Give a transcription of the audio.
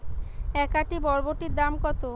এক আঁটি বরবটির দাম কত?